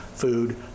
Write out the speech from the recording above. food